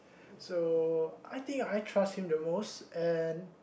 so I think I trust him the most and